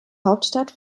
hauptstadt